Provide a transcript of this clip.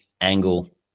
angle